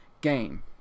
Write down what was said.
game